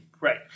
right